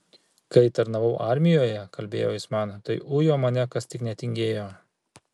kai tarnavau armijoje kalbėjo jis man tai ujo mane kas tik netingėjo